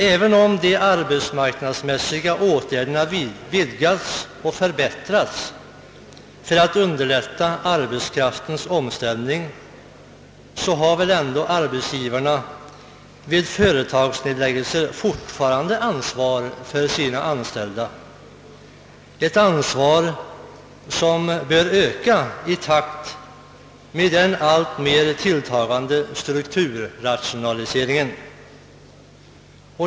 även om de arbetsmarknadsmässiga åtgärderna vidgats och förbättrats för att underlätta arbetskraftens omställning har väl ändå arbetsgivarna vid företagsnedläggelse fortfarande ansvar för sina anställda, ett ansvar som bör öka i takt med den alltmer tilltagande strukturrationaliseringen.